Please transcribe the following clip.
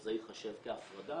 שזה ייחשב כהפרדה,